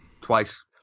Twice